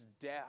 death